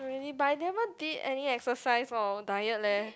oh really but I never did any exercise or diet leh